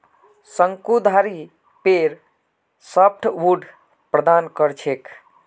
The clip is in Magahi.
शंकुधारी पेड़ सॉफ्टवुड प्रदान कर छेक